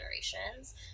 generations